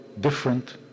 different